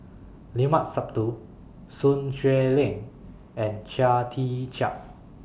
Limat Sabtu Sun Xueling and Chia Tee Chiak